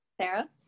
Sarah